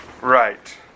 Right